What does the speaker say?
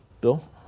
Bill